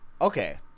Okay